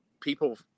People